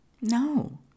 No